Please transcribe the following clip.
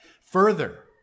Further